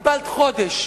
קיבלת חודש,